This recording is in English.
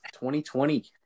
2020